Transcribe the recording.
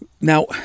now